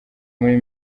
muri